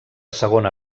segona